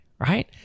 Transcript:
right